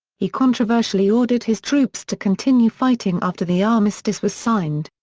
he controversially ordered his troops to continue fighting after the armistice was signed.